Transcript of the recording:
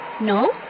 No